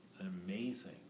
amazing